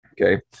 Okay